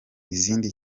izindi